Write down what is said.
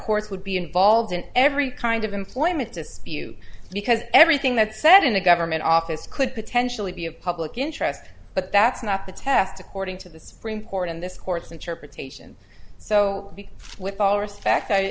courts would be involved in every kind of employment dispute because everything that's said in a government office could potentially be of public interest but that's not the test according to the supreme court in this court's interpretation so with all respect i